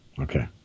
Okay